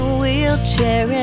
wheelchair